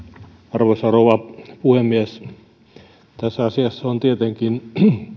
arvoisa rouva puhemies tässä asiassa on tietenkin